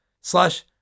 slash